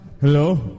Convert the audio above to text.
Hello